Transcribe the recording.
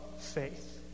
faith